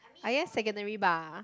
I guess secondary bah